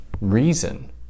reason